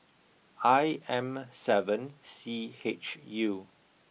I M seven C H U